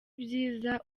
ibyiza